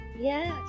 Yes